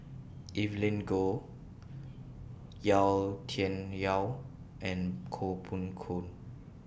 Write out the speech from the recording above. Evelyn Goh Yau Tian Yau and Koh Poh Koon